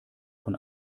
von